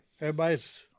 Everybody's